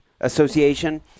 Association